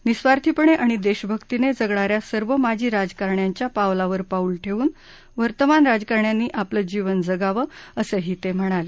निस्वार्थीपणे आणि देशभक्तीने जगणा या सर्व माजी राजकारण्याच्या पावलावर पाऊल ठेवून वर्तमान राजकाण्यांनी आपलं जीवन जगावं असंही ते म्हणाले